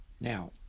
Now